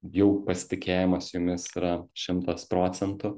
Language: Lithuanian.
jau pasitikėjimas jumis yra šimtas procentų